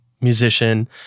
musician